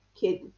kid